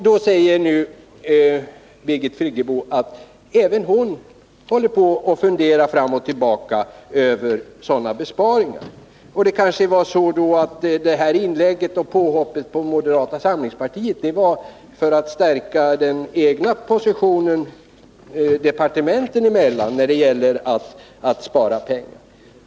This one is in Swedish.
Då säger Birgit Friggebo att även hon håller på och funderar fram och tillbaka över sådana här besparingar. Det kanske då var så att påhoppet på moderata samlingspartiet gjordes för att stärka den egna positionen gentemot andra departement när det gäller att spara pengar.